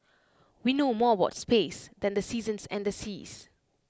we know more about space than the seasons and the seas